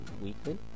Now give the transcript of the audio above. weekly